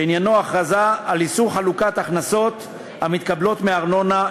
שעניינו הכרזה על אזור חלוקת הכנסות המתקבלות מארנונה,